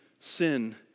sin